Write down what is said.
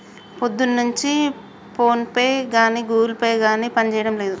పొద్దున్నుంచి ఫోన్పే గానీ Google Pay గానీ పనిజేయడం లేదు